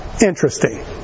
interesting